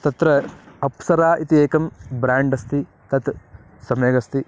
तत्र अप्सरा इति एकं ब्रेण्ड् अस्ति तत् सम्यगस्ति